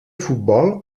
futbol